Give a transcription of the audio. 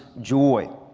joy